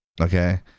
Okay